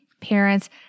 parents